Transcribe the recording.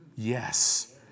Yes